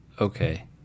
okay